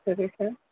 సరే సార్